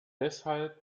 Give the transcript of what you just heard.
deshalb